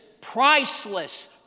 priceless